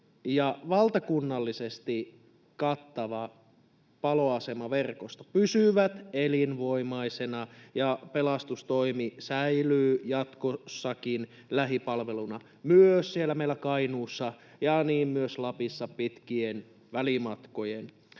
valtakunnallisesti kattava paloasemaverkosto pysyvät elinvoimaisina ja pelastustoimi säilyy jatkossakin lähipalveluna, myös meillä siellä Kainuussa ja myös Lapissa pitkien välimatkojen